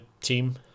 team